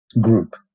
group